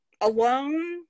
alone